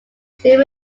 still